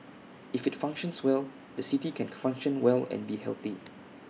if IT functions well the city can function well and be healthy